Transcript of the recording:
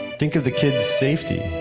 think of the kids' safety,